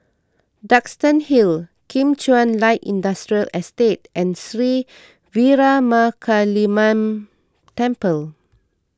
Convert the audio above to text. Duxton Hill Kim Chuan Light Industrial Estate and Sri Veeramakaliamman Temple